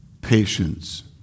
patience